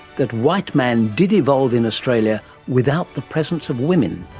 that white man did evolve in australian without the presence of women.